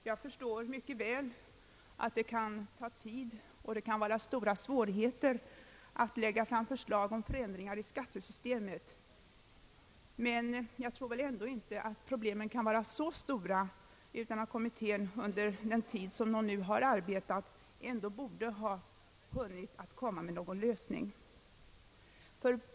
Jag förstår mycket väl att det kan ta tid och möta stora svårigheter att lägga fram förslag om ändringar i skattesystemet, men jag tror väl ändå inte att problemen kan vara så stora, att kommittén inte borde under den tid den arbetat hunnit komma med någon lösning.